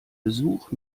besuch